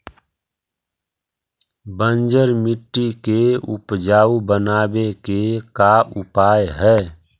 बंजर मट्टी के उपजाऊ बनाबे के का उपाय है?